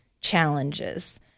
challenges